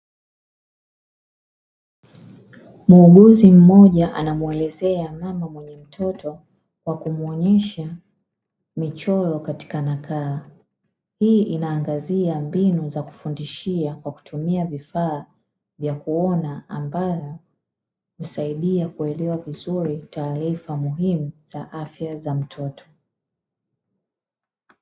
Muuguzi mmoja anamuelezea mama mwenye mtoto, kwa kumuonyesha michoro katika nakala, hii inaangazia mbinu za kufundishia kwa kutumia vifaa vya kuona, ambavyo husaidia kuelewa vizuri taarifa muhimu za afya za mtoto.